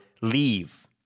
leave